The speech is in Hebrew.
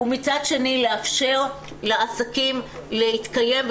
ומצד שני נאפשר לעסקים להתקיים,